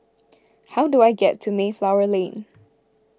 how do I get to Mayflower Lane